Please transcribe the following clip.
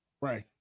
Right